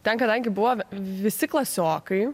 ten kadangi buvo visi klasiokai